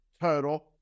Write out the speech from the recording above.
total